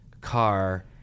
car